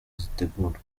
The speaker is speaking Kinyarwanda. zitegurwa